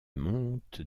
monte